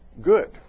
good